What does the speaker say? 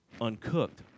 uncooked